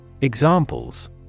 Examples